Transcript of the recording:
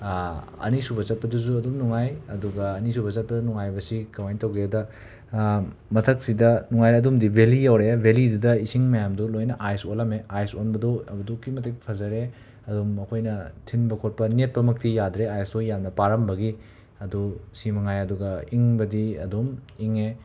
ꯑꯅꯤꯁꯨꯕ ꯆꯠꯄꯗꯨꯁꯨ ꯑꯗꯨꯝ ꯅꯨꯡꯉꯥꯏ ꯑꯗꯨꯒ ꯑꯅꯤꯁꯨꯕ ꯆꯠꯄ ꯅꯨꯡꯉꯥꯏꯕꯁꯤ ꯀꯃꯥꯏꯅ ꯇꯧꯒꯦꯗ ꯃꯊꯛꯁꯤꯗ ꯅꯨꯡꯉꯥꯏ ꯑꯗꯨꯝꯗꯤ ꯕꯦꯂꯤ ꯌꯧꯔꯛꯑꯦ ꯕꯦꯂꯤꯗꯨꯗ ꯏꯁꯤꯡ ꯃꯌꯥꯝꯗꯣ ꯂꯣꯏꯅ ꯑꯥꯏꯁ ꯑꯣꯜꯂꯝꯃꯦ ꯑꯥꯏꯁ ꯑꯣꯟꯕꯗꯣ ꯑꯗꯨꯛꯀꯤ ꯃꯇꯤꯛ ꯐꯖꯔꯦ ꯑꯗꯨꯝ ꯑꯩꯈꯣꯏꯅ ꯊꯤꯟꯕ ꯈꯣꯠꯄ ꯅꯦꯠꯄꯃꯛꯇꯤ ꯌꯥꯗ꯭ꯔꯦ ꯑꯥꯏꯁꯇꯣ ꯌꯥꯝꯅ ꯄꯥꯔꯝꯕꯒꯤ ꯑꯗꯣ ꯁꯤ ꯃꯉꯥꯏ ꯑꯗꯨꯒ ꯏꯪꯕꯗꯤ ꯑꯗꯨꯝ ꯏꯪꯉꯦ